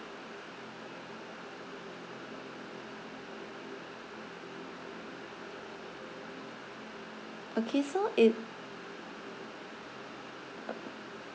okay so it